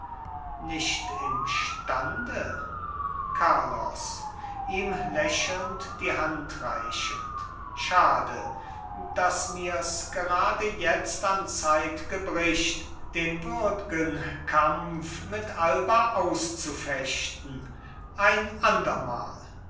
nicht imstande carlos ihm lächelnd die hand reichend schade daß mirs gerade jetzt an zeit gebricht den würdgen kampf mit alba auszufechten ein andermal